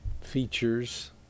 features